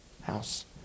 House